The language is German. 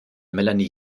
melanie